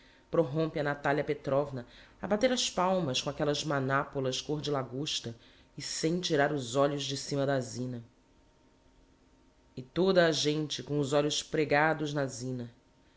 petrovna a bater as palmas com aquellas manápolas côr de lagosta e sem tirar os olhos de cima da zina e toda a gente com os olhos pregados na zina